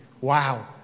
Wow